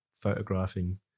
photographing